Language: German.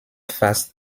fast